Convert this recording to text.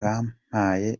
bampaye